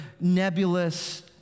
nebulous